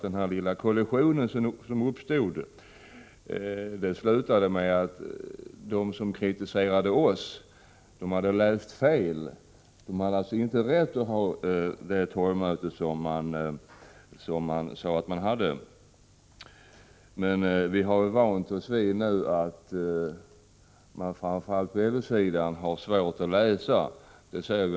Den lilla kollision som uppstod slutade med att det visade sig att de som kritiserade oss hade läst fel. De hade alltså inte rätt att hålla det torgmöte som de sade att de hade tillstånd till. Men vi har nu vant oss vid att man framför allt på den sidan har svårt att läsa.